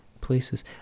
places